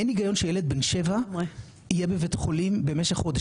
אין הגיון שילד בן שבע יהיה בבתי חולים במשך חודש,